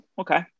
okay